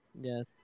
Yes